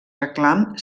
reclam